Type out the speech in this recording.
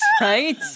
Right